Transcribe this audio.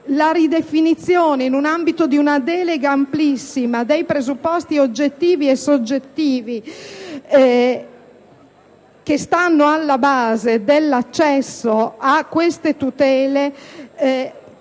la ridefinizione nell'ambito di una delega amplissima dei presupposti oggettivi e soggettivi che stanno alla base dell'accesso a queste tutele esponga